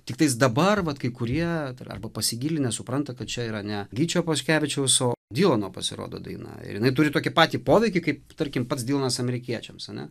tiktais dabar vat kai kurie arba pasigilinę supranta kad čia yra ne gyčio paškevičiaus o dylano pasirodo daina ir jinai turi tokį patį poveikį kaip tarkim pats dylanas amerikiečiams ane